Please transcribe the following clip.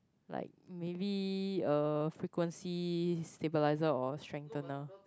like maybe a frequency stabilizer or strengthener